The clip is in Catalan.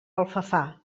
alfafar